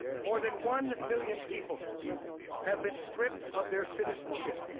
more than one million people have been stripped of their citizenship,